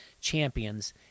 champions